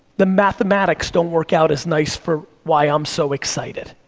the mathematics don't work out as nice for why i'm so excited.